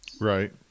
Right